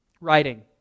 writing